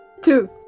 Two